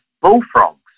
bullfrogs